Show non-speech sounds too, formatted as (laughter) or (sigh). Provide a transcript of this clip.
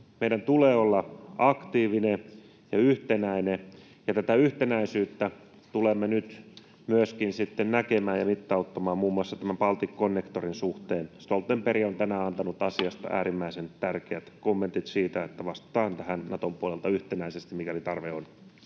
meidän tulee olla aktiivinen ja yhtenäinen, ja tätä yhtenäisyyttä tulemme nyt sitten myöskin näkemään ja mittauttamaan muun muassa tämän Balticconnectorin suhteen. Stoltenberg on tänään antanut asiasta (noise) ne äärimmäisen tärkeät kommentit, että vastataan tähän Naton puolelta yhtenäisesti, mikäli tarve on.